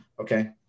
okay